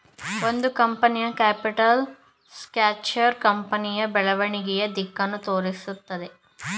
ಒಂದು ಕಂಪನಿಯ capital structure ಕಂಪನಿಯ ಬೆಳವಣಿಗೆಯ ದಿಕ್ಕನ್ನು ತೋರಿಸುತ್ತದೆ